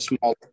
smaller